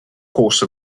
course